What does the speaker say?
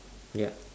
ya